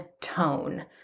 tone